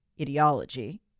ideology